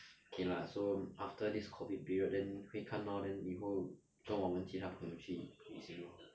K lah so after this COVID period then 会看 lor then 以后抓我们其他朋友去旅行 lor